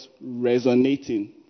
Resonating